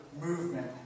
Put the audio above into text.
movement